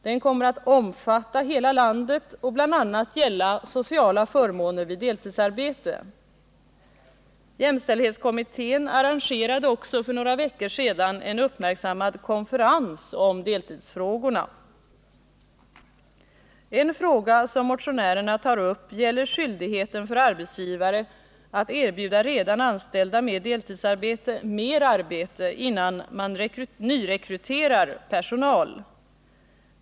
Den kommer att omfatta hela landet och bl.a. gälla sociala förmåner vid deltidsarbete. Jämställdhetskommittén arrangerade också för några veckor sedan en uppmärksammad konferens om deltidsfrågorna. En fråga som motionärerna tar upp gäller skyldigheten för arbetsgivare att erbjuda sina redan anställda deltidsarbetare mer arbete innan man nyrekryterar personal.